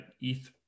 ETH